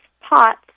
pots